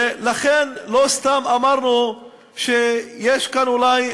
ולכן לא סתם אמרנו שיש כאן, אולי,